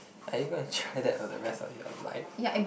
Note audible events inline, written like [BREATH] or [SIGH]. are you gonna try [BREATH] that for the rest of your life